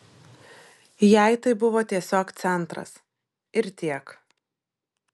jai tai buvo tiesiog centras ir tiek